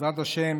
בעזרת השם,